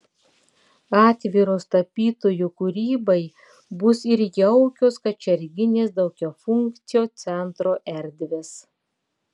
atviros tapytojų kūrybai bus ir jaukios kačerginės daugiafunkcio centro erdvės